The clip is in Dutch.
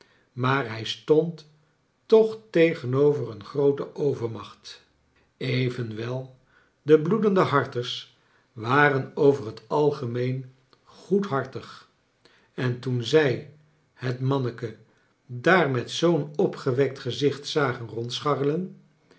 maar hij stond toch tegenover een groote overmacht even wel de bloedende harters waren over het algemeen goedhartig en toen zij het manneke daar met zoo'n opgewekt gezicht zagen